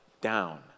down